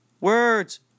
Words